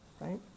Right